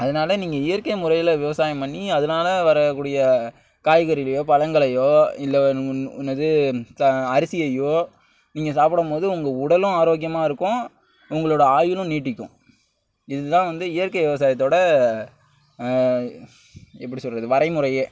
அதனால் நீங்கள் இயற்கை முறையில் விவசாயம் பண்ணி அதனால வரக்கூடிய காய்கறிகளையோ பழங்களையோ இல்லை என்னது அரிசியையோ நீங்கள் சாப்பிடும் போது உங்கள் உடலும் ஆரோக்கியமாயிருக்கும் உங்களோட ஆயுளும் நீட்டிக்கும் இதுதான் வந்து இயற்கை விவசாயத்தோட எப்படி சொல்வது வரைமுறையே